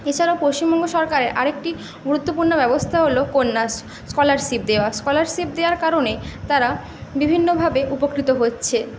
এছাড়াও পশ্চিমবঙ্গ সরকার আর একটি গুরুত্বপূর্ণ ব্যবস্থা হলো কন্যাশ স্কলারশিপ দেওয়া স্কলারশিপ দেওয়ার কারণে তারা বিভিন্নভাবে উপকৃত হচ্ছে